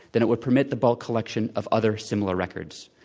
then it would permit the bulk collection of other similar records.